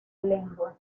lengua